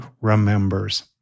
Remembers